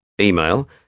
Email